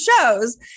shows